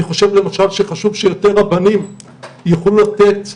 אני חושב שלמשל חשוב שיותר רבנים יוכלו לתת כשרות,